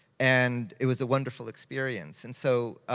and it was a wonderful experience. and so